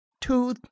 To